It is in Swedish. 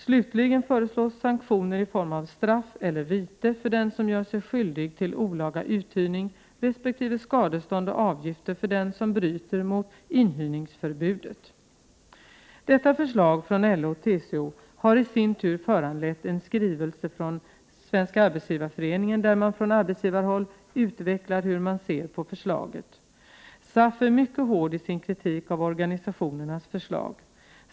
Slutligen föreslås sanktioner i form av straff eller vite för den som gör sig skyldig till olaga uthyrning resp. skadestånd och avgifter för den som bryter mot inhyrningsförbudet. Detta förslag från LO och TCO har i sin tur föranlett en skrivelse från Svenska Arbetsgivareföreningen , där man från arbetsgivarhåll utvecklar hur man ser på förslaget. SAF är mycket hård i sin kritik av organisationernas förslag.